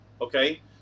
okay